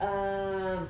um